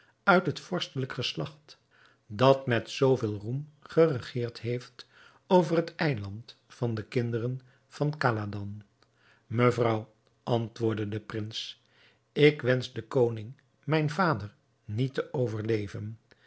uit het vorstelijk geslacht dat met zoo veel roem geregeerd heeft over het eiland van de kinderen van khaladan mevrouw antwoordde de prins ik wensch den koning mijn vader niet te overleven